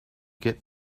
get